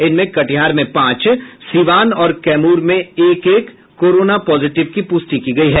इनमें कटिहार में पांच सीवान और कैमूर में एक एक कोरोना पॉजिटिव की प्रष्टि की गयी है